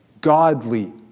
godly